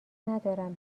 ندارم